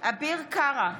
אביר קארה,